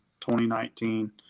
2019